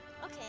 Okay